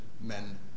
men